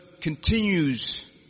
continues